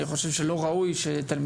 לא ראוי שלא